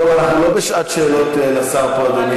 אנחנו לא בשעת שאלות לשר, אדוני.